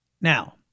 Now